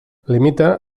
limita